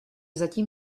zatím